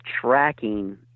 tracking